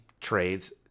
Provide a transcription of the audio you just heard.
trades